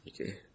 Okay